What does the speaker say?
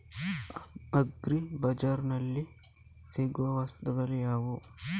Agri ಬಜಾರ್ನಲ್ಲಿ ಸಿಗುವ ವಸ್ತುಗಳು ಯಾವುವು?